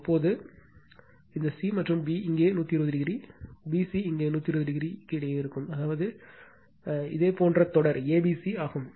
இப்போது இதேபோல் பார்த்தால் இதேபோல் இந்த சி மற்றும் பி இங்கே 120 பி சி இங்கே 120o இடையே கிடைக்கும் அதாவது இதேபோன்ற தொடர் a b c ஆகும்